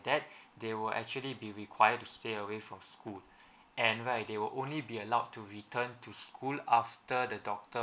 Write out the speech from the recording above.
that they will actually be required to stay away from school and like they will only be allowed to return to school after the doctor